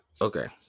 okay